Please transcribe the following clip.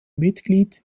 mitglied